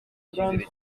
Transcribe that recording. icyizere